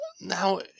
Now